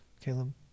Caleb